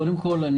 קודם כול,